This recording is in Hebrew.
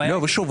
ושוב,